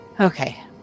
Okay